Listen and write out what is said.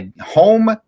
Home